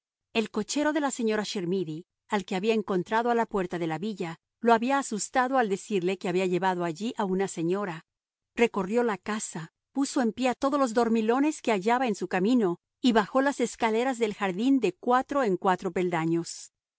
el cochero de la señora chermidy al que había encontrado a la puerta de la villa lo había asustado al decirle que había llevado allí a una señora recorrió la casa puso en pie a todos los dormilones que hallaba en su camino y bajó las escaleras del jardín de cuatro en cuatro peldaños